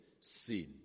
sin